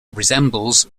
resembles